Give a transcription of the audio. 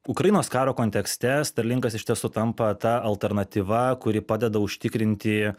ukrainos karo kontekste starlinkas iš tiesų tampa ta alternatyva kuri padeda užtikrinti